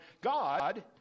God